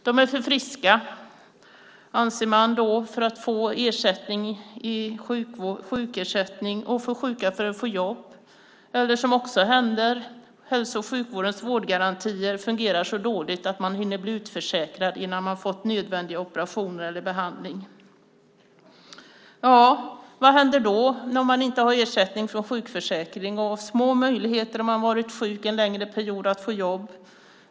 De är för friska, anser man, för att få sjukersättning och för sjuka för att få jobb, eller, vilket också händer, fungerar hälso och sjukvårdens vårdgarantier så dåligt att man hinner bli utförsäkrad innan man har fått nödvändig operation eller behandlingar. Vad händer då, när man inte har ersättning från sjukförsäkringen och har små möjligheter, om man har varit sjuk en längre period, att få jobb?